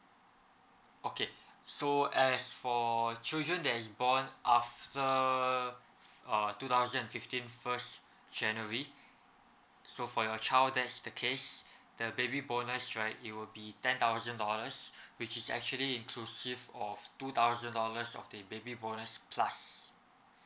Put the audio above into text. okay so as for children that is born after uh two thousand and fifteen first january so for your child that's the case the baby bonus right it will be ten thousand dollars which is actually inclusive of two thousand dollars of the baby bonus plus